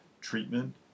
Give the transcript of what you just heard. treatment